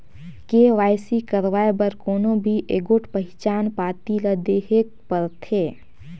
KYC करवाए बर कोनो भी एगोट पहिचान पाती ल देहेक परथे